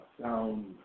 sound